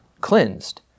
cleansed